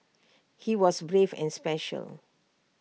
he was brave and special